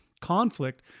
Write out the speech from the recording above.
conflict